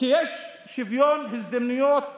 יש שוויון הזדמנויות